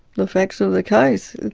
the facts of the case.